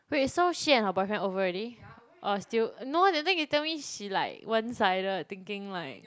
wait so she and her boyfriend over already or still no that thing you told me she like one-sided thinking like